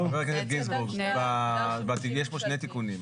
חבר הכנסת גינזבורג, יש פה שני תיקונים.